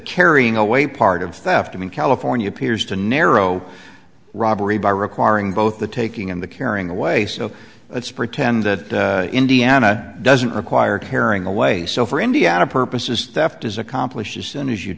carrying away part of theft in california appears to narrow robbery by requiring both the taking and the carrying away so let's pretend that indiana doesn't require tearing away so for indiana purposes theft is accomplished as soon as you